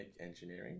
engineering